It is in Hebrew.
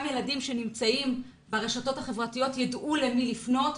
ילדים שנמצאים ברשתות החברתיות ידעו למי לפנות.